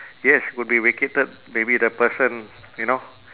yes could be vacated maybe the person you know